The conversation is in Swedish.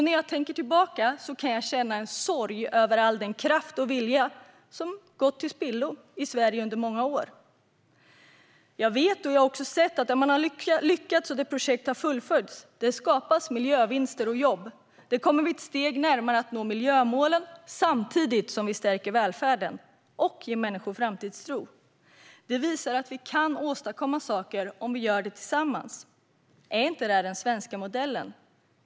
När jag tänker tillbaka kan jag känna en sorg över all den kraft och vilja som har gått till spillo i Sverige under många år. Jag vet, och det har jag också sett, att där man lyckas och där projekt har fullföljts skapas miljövinster och jobb. Där kommer vi ett steg närmare att nå miljömålen samtidigt som vi stärker välfärden och ger människor framtidstro. Detta visar att vi kan åstadkomma saker om vi gör det tillsammans. Är inte detta den svenska modellen?